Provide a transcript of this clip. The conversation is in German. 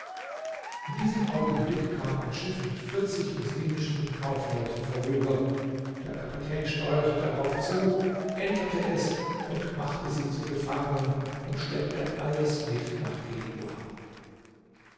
in diesem augenblick kam ein schiff mit moslimischen kaufleuten vorüber der kapitän steuerte darauf zu enterte es und machte sie zu gefangenen und schleppte alles mit nach genua